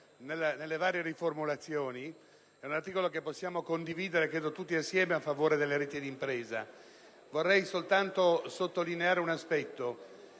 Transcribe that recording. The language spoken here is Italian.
Grazie,